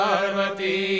Arvati